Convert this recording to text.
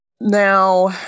now